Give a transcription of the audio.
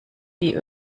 die